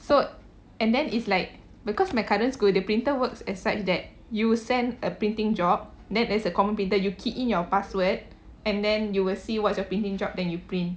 so and then is like because my current school the printer works as such that you send a printing job then there's a common printer you key in your password and then you will see what's your printing job then you print